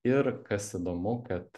ir kas įdomu kad